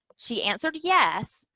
she answered yes,